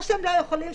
או שהם לא יכולים.